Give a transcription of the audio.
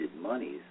monies